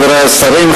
חברי השרים,